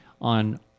on